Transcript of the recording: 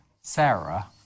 Sarah